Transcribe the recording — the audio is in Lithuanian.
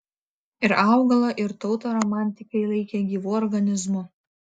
ir augalą ir tautą romantikai laikė gyvu organizmu